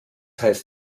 heißt